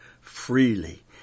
freely